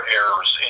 errors